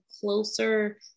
closer